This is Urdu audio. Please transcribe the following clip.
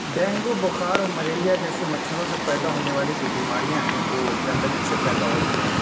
ڈینگو بخار اور مریلیا جیسے مچھروں سے پیدا ہونے والی جو بیماریاں ہیں وہ گندگی سے پیدا ہوتی ہیں